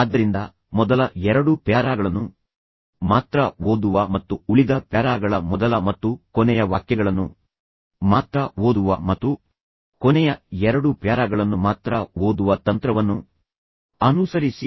ಆದ್ದರಿಂದ ಮೊದಲ ಎರಡು ಪ್ಯಾರಾಗಳನ್ನು ಮಾತ್ರ ಓದುವ ಮತ್ತು ಉಳಿದ ಪ್ಯಾರಾಗಳ ಮೊದಲ ಮತ್ತು ಕೊನೆಯ ವಾಕ್ಯಗಳನ್ನು ಮಾತ್ರ ಓದುವ ಮತ್ತು ಕೊನೆಯ ಎರಡು ಪ್ಯಾರಾಗಳನ್ನು ಮಾತ್ರ ಓದುವ ತಂತ್ರವನ್ನು ಅನುಸರಿಸಿ